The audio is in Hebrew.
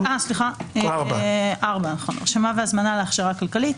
4. הרשמה והזמנה להכשרה כלכלית.